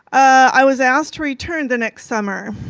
i was asked to return the next summer.